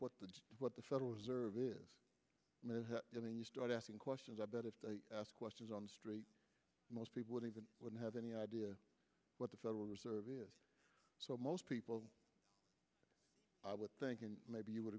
what the what the federal reserve is doing you start asking questions i bet if they ask questions on the street most people would even have any idea what the federal reserve is so most people i would think and maybe you would